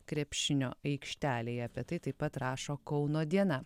krepšinio aikštelėje apie tai taip pat rašo kauno diena